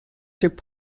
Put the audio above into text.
through